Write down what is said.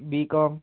B com